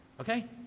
Okay